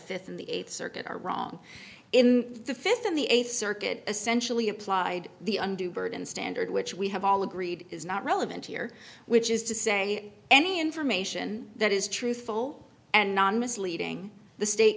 fifth in the eighth circuit are wrong in the fifth in the eighth circuit essentially applied the undue burden standard which we have all agreed is not relevant here which is to say any information that is truthful and non misleading the state